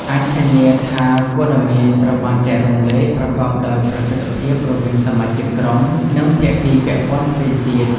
អាចធានាថាព័ត៌មានត្រូវបានចែករំលែកប្រកបដោយប្រសិទ្ធភាពរវាងសមាជិកក្រុម និងភាគីពាក់ព័ន្ធផ្សេងទៀត។